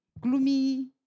gloomy